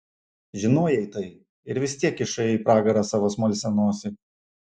žinojai tai ir vis tiek kišai į pragarą savo smalsią nosį